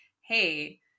hey